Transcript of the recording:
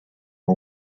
are